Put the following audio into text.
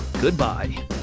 Goodbye